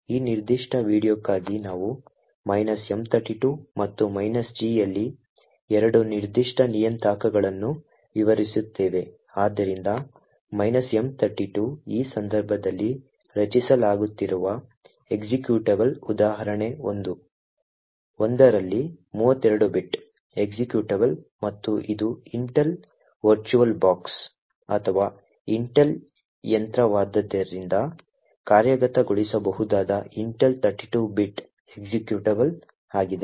ಈ ನಿರ್ದಿಷ್ಟ ವಿಡಿಯೋಕ್ಕಾಗಿ ನಾವು M32 ಮತ್ತು G ಯಲ್ಲಿ ಎರಡು ನಿರ್ದಿಷ್ಟ ನಿಯತಾಂಕಗಳನ್ನು ವಿವರಿಸುತ್ತೇವೆ ಆದ್ದರಿಂದ M32 ಈ ಸಂದರ್ಭದಲ್ಲಿ ರಚಿಸಲಾಗುತ್ತಿರುವ ಎಕ್ಸಿಕ್ಯೂಟಬಲ್ ಉದಾಹರಣೆ1 ರಲ್ಲಿ 32 ಬಿಟ್ ಎಕ್ಸಿಕ್ಯೂಟಬಲ್ ಮತ್ತು ಇದು ಇಂಟೆಲ್ ವರ್ಚುವಲ್ ಬಾಕ್ಸ್ ಅಥವಾ ಇಂಟೆಲ್ ಯಂತ್ರವಾದ್ದರಿಂದ ಕಾರ್ಯಗತಗೊಳಿಸಬಹುದಾದ ಇಂಟೆಲ್ 32 ಬಿಟ್ ಎಕ್ಸಿಕ್ಯೂಟಬಲ್ ಆಗಿದೆ